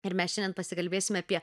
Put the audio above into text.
ir mes šiandien pasikalbėsim apie